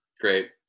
Great